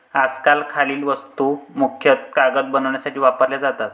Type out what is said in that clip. आजकाल खालील वस्तू मुख्यतः कागद बनवण्यासाठी वापरल्या जातात